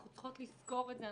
אנחנו צריכות לזכור את זה,